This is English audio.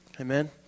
amen